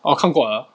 orh 看过了